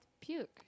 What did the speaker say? puke